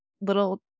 little